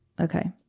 Okay